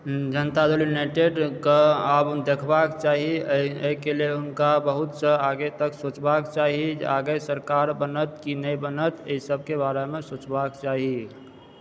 जनता Dal United के आब देखबाक चाही एहि के लेल हुनका बहुत आगे तक सोचबाक चाही जे आगे सरकार बनत कि नहि बनत एहि सब के बारे मे सोचबाक चाही